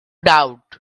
doubt